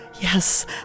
Yes